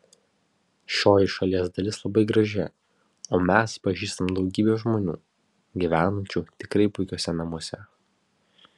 šioji šalies dalis labai graži o mes pažįstam daugybę žmonių gyvenančių tikrai puikiuose namuose